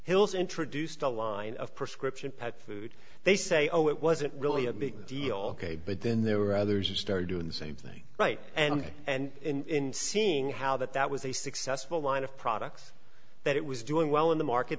hills introduced a line of prescription pet food they say oh it wasn't really a big deal but then there were others who started doing the same thing right and and in seeing how that that was a successful line of products that it was doing well in the market